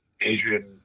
Adrian